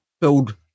build